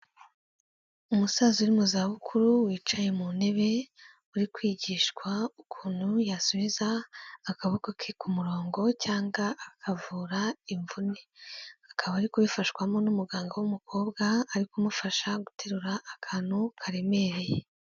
Umusaza uri mu zabukuru, wicaye mu ntebe, uri kwigishwa ukuntu yasubiza akaboko ke ku murongo cyangwa akavura imvune, akaba ari kubifashwamo n'umuganga w'umukobwa, ari kumufasha guterura akantu karemereye.